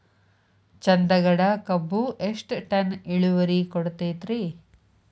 ಚಂದಗಡ ಕಬ್ಬು ಎಷ್ಟ ಟನ್ ಇಳುವರಿ ಕೊಡತೇತ್ರಿ?